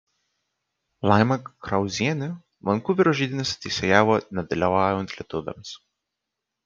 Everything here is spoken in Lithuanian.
laima krauzienė vankuverio žaidynėse teisėjavo nedalyvaujant lietuviams